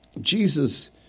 Jesus